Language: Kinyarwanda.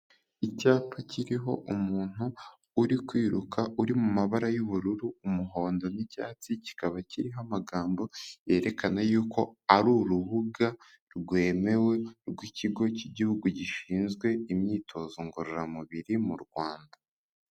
Icyapa kiriho umuntu uri kwiruka, uri mu mu mabara y'ubururu, umuhondo, n'icyatsi; kikaba kiriho amagambo yerekana yuko ari urubuga rwemewe brw'Ikigo cy'Igihugu Gishinzwe Imyitozo Ngororamubiri mu Rwanda.